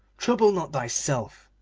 trouble not thyself,